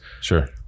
Sure